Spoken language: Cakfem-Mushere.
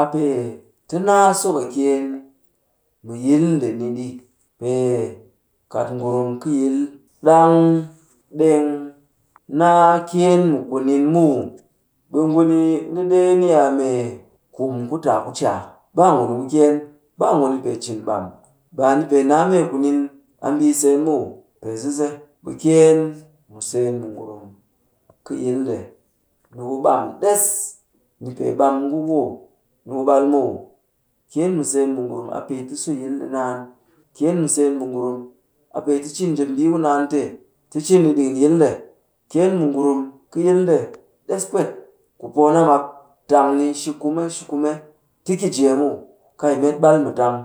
a pee ti naa sokɨkyeen mu yil nde ni ɗi. Pee kat ngurum kɨ yil, ɗang ɗeng naa kyeen mu kunin muw, ɓe nguni ni ɗee ni a mee kum ku taa ku caa. Baa nguni ku kyeen. Baa nguni pee cin ɓam. Baa ni pee naa mee kunin a mbii seen muw. Pee zize, ɓe kyeen mu seen mu ngurum kɨ yil nde, ni ku ɓam ɗess. Ni pee ɓam nguku ni ku ɓal muw. Kyeen mu seen mu ngurum a pee ti soyil ɗi naan. Kyeen mu seen mu ngurum, a pee ti cin njep mbii ku naan te ti cin ɗi ɗikin yil nde. Kyeen mu ngurum kɨ yil nde ɗess pwet ku poo na mak tang ni shi kume shi kume ti ki jee. muw. Kai met ɓal mu tang.